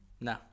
No